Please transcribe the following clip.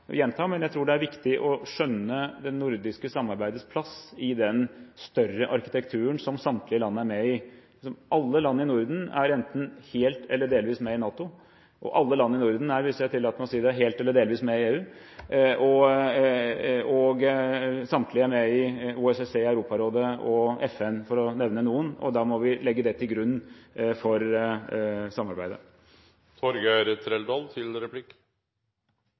gjenta, at det er viktig å skjønne det nordiske samarbeidets plass i den større arkitekturen som samtlige land er med i. Alle land i Norden er enten helt eller delvis med i NATO, og alle land i Norden er, hvis jeg kan tillate meg å si det, helt eller delvis med i EU, og samtlige er med i OSSE, Europarådet og FN, for å nevne noen. Da må vi legge det til grunn for samarbeidet.